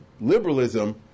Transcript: liberalism